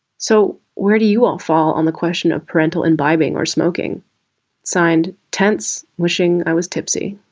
so where do you all fall on the question of parental imbibing or smoking signed tense. wishing i was tipsy